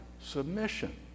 submission